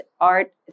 art